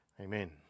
amen